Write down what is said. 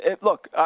look